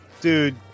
Dude